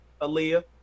Aaliyah